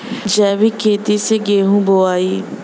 जैविक खेती से गेहूँ बोवाई